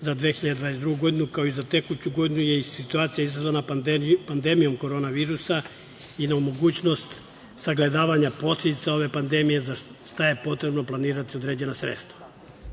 za 2022. godinu, kao i za tekuću godinu, je i situacija izazvana pandemijom koronavirusa i nemogućnost sagledavanja posledica ove pandemije, za šta je potrebno planirati određena sredstva. Ja